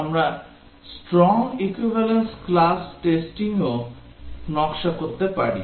আমরা strong equivalence class টেস্টিংও নকশা করতে পারি